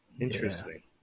Interesting